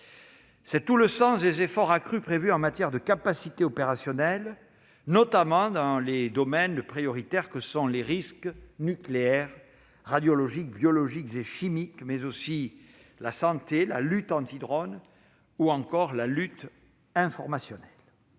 C'est tout le sens des efforts que nous déployons pour accroître nos capacités opérationnelles, notamment dans les domaines prioritaires que sont le risque nucléaire, radiologique, biologique et chimique, mais aussi la santé, la lutte anti-drones et la lutte informationnelle.